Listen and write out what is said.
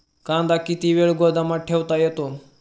कांदा किती वेळ गोदामात ठेवता येतो?